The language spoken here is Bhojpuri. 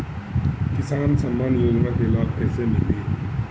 किसान सम्मान योजना के लाभ कैसे मिली?